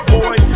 boy